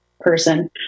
person